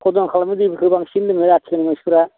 फदन खालामनाय दैफोरखौसो बांसिन लोङो आथिखालनि मानसिफ्रा